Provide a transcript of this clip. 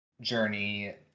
journey